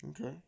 Okay